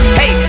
hey